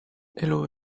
elu